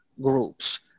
groups